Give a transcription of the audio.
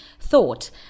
thought